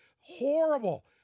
Horrible